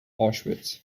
auschwitz